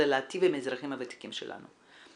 זה להיטיב עם האזרחים הוותיקים שלנו,